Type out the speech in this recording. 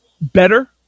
better